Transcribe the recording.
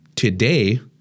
Today